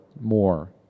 more